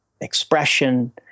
expression